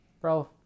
Bro